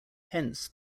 hence